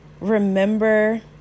remember